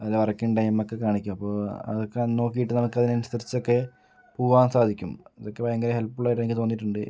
അതിൽ വർക്കിംഗ് ടൈമൊക്കെ കാണിക്കും അപ്പോൾ അതൊക്കെ നോക്കിയിട്ട് നമുക്ക് അതിന് അനുസരിച്ച് ഒക്കെ പോവാൻ സാധിക്കും അതൊക്കെ ഭയങ്കര ഹെല്പ്ഫുള്ളായിട്ട് എനിക്ക് തോന്നിയിട്ടുണ്ട്